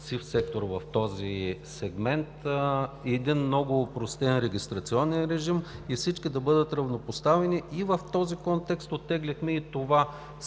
сив сектор в този сегмент и един много опростен регистрационен режим – всички да бъдат равнопоставени, и в този контекст оттеглихме това. Както